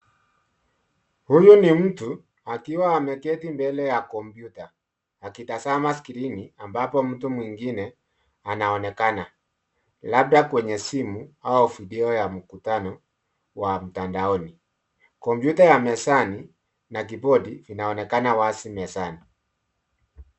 Huyu ni mtu akiwa ameketi mbele ya kompyuta akitazama skrini ambapo mtu mwengine anaonekana labda kwenye simu au video ya mkutano wa mtandaoni. Kompyuta ya mezani na kibodi vinaonekana wazi mezani.